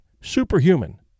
superhuman